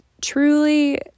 truly